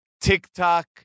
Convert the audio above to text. TikTok